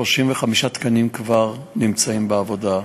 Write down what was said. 35 תקנים כבר נמצאים בעבודה.